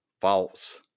false